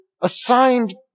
assigned